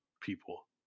people